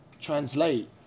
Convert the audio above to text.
translate